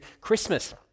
Christmas